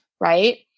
right